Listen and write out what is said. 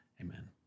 Amen